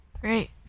Great